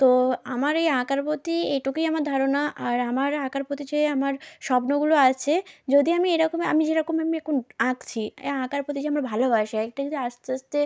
তো আমার এই আঁকার প্রতি এটুকুই আমার ধারণা আর আমার আঁকার প্রতি যে আমার স্বপ্নগুলো আছে যদি আমি এরকমে আমি যেরকম আমি এখন আঁকছি আঁকার প্রতি যে আমার ভালোবাসা এটা যদি আসতে আসতে